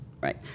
Right